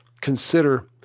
consider